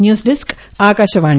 news desk Akashvani